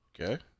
Okay